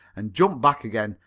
and jumped back again,